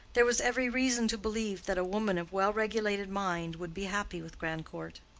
there was every reason to believe that a woman of well-regulated mind would be happy with grandcourt.